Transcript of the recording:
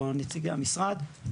או נציגי המשרד.